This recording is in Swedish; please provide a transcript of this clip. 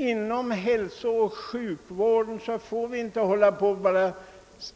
Inom hälsooch sjukvården får vi inte bara hålla på att